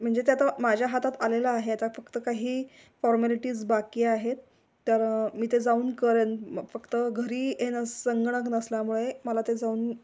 म्हणजे ते आता माझ्या हातात आलेलं आहे आता फक्त काही फॉर्मॅलिटीज बाकी आहेत तर मी ते जाऊन करेन फक्त घरी आहे ना संगणक नसल्यामुळे मला ते जाऊन